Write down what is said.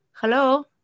Hello